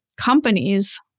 companies